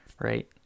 right